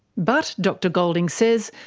but, dr goulding says,